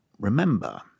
remember